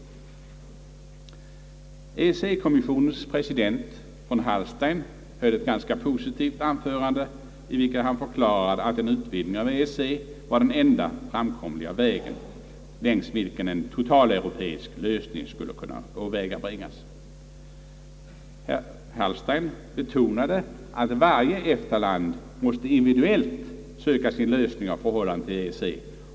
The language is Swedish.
EEC-kommissionens president, von Hallstein, höll ett ganska positivt anförande, i vilket han förklarade att en utvidgning av EEC var den enda framkomliga vägen, längs vilken en totaleuropeisk lösning skulle kunna åvägabringas. Hallstein betonade, att varje EFTA-land borde individuellt söka sin lösning av förhållandet till EEC.